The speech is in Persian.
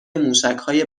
موشکهای